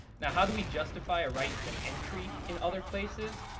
now how do we justify a right to entry in other places?